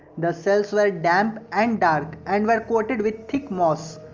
the cells were damped and dark and were coated with thick moss.